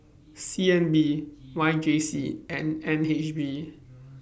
C N B Y J C and N H B